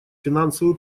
финансовую